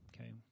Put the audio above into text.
okay